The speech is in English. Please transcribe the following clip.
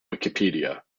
wikipedia